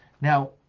now